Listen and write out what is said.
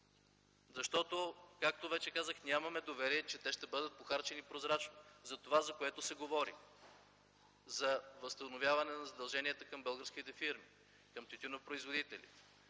защото, както вече казах, нямаме доверие, че те ще бъдат похарчени прозрачно за това, за което се говори – за възстановяване на задълженията към българските фирми, към тютюнопроизводителите,